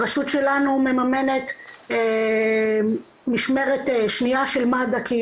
הרשות שלנו מממנת משמרת שנייה של מד"א,